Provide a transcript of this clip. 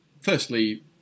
firstly